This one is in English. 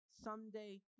someday